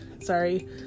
sorry